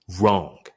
wrong